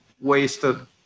wasted